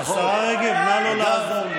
תסבירי להם, השרה רגב, נא לא לעזור לי.